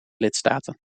lidstaten